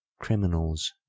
criminals